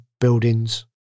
buildings